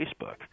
Facebook